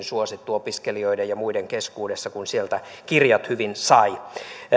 suosittu opiskelijoiden ja muiden keskuudessa kun sieltä kirjat hyvin sai